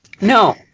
No